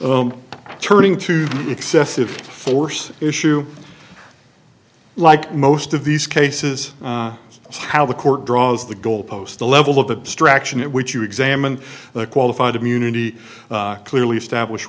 them turning to excessive force issue like most of these cases is how the court draws the goalpost the level of abstraction it which you examined the qualified immunity clearly established